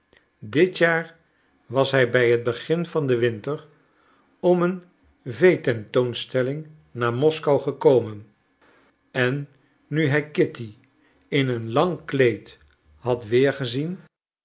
dit jaar was hij bij het begin van den winter om een veetentoonstelling naar moskou gekomen en nu hij kitty in een lang kleed had